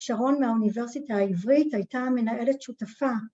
שרון מהאוניברסיטה העברית הייתה מנהלת שותפה